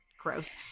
gross